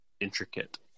intricate